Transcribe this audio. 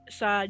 sa